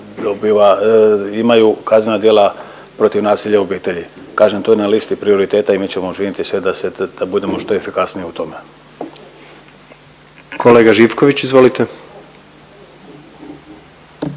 imaju kaznena djela protiv nasilja u obitelji, kažem to je na listi prioriteta i mi ćemo učiniti sve da se, da budemo što efikasniji u tome. **Jandroković, Gordan